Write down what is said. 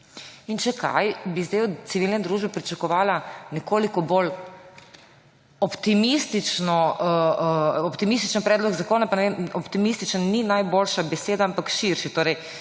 Če kaj, bi zdaj od civilne družbe pričakovala nekoliko bolj optimističen predlog zakona. Pa optimističen ni najboljša beseda, ampak širši.